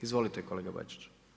Izvolite kolega Bačić.